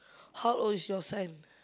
how old is your son